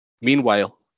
Meanwhile